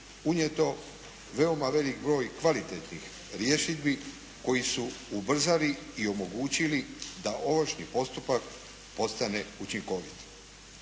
unijeto veoma velik broj kvalitetnih rješidbi koji su ubrzali i omogućili da ovršni postupak postane učinkovit.